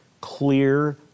clear